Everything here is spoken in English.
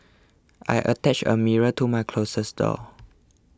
I attached a mirror to my closet door